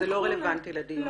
טוב, זה לא רלוונטי לדיון הזה.